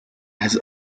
has